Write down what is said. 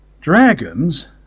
Dragons